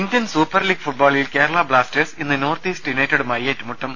Indian Super League ഫുട്ബോളിൽ Kerala Blasters ഇന്ന് North East യുണൈറ്റഡുമായി ഏറ്റുമുട്ടും